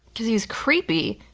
because he's creepy,